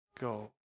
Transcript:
go